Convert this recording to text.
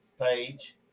page